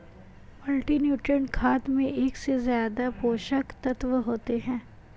multinutrient खाद में एक से ज्यादा पोषक तत्त्व होते है